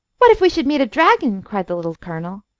what if we should meet a dragon? cried the little colonel.